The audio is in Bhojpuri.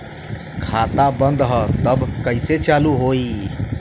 खाता बंद ह तब कईसे चालू होई?